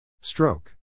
Stroke